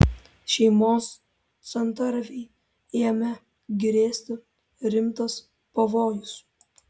šeimos santarvei ėmė grėsti rimtas pavojus